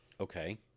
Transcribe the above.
Okay